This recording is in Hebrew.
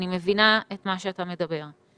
אני מבינה את מה שאתה מדבר.